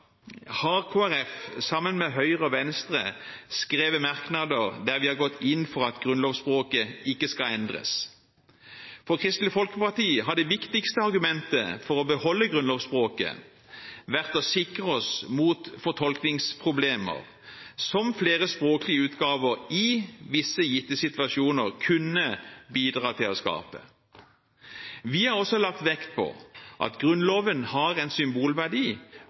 har Kristelig Folkeparti sammen med Høyre og Venstre skrevet merknader der vi har gått inn for at grunnlovsspråket ikke skal endres. For Kristelig Folkeparti har det viktigste argumentet for å beholde grunnlovsspråket vært å sikre oss mot fortolkningsproblemer, som flere språklige utgaver i visse gitte situasjoner kunne bidra til å skape. Vi har også lagt vekt på at Grunnloven har en symbolverdi